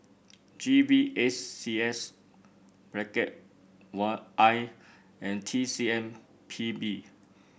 G V S C S one I and T C M P B